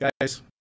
Guys